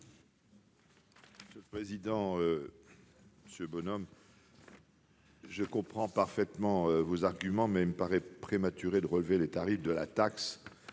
commission ? Monsieur Bonhomme, je comprends parfaitement vos arguments, mais il me paraît prématuré de relever les tarifs de la taxe